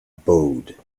bowed